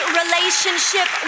relationship